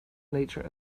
nature